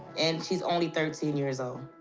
and she's only thirteen years old.